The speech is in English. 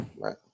Right